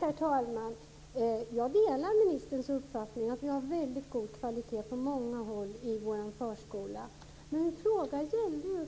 Herr talman! Jag delar ministerns uppfattning att vi har en väldigt god kvalitet på många håll i vår förskola, men min fråga gällde